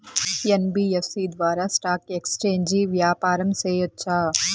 NBFC ద్వారా stock exchange వ్యాపారం సేయొచ్చా?